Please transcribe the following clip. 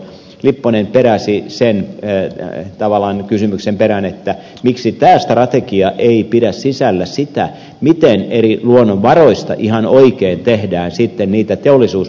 lipponen peräsi tavallaan sen kysymyksen perään miksi tämä strategia ei pidä sisällä sitä miten eri luonnonvaroista ihan oikein tehdään sitten niitä teollisuustuotteita